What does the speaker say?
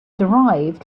derived